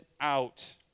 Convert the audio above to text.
out